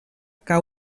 que